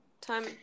Time